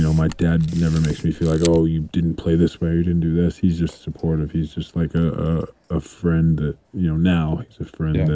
you know my dad never makes me feel like, oh, you didn't play this way. you didn't do this. he's just supportive. he's just like ah ah a friend that. you know now he's a friend